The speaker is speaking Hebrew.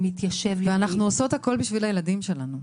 אנחנו עושות הכול עבור הילדים שלנו,